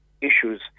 issues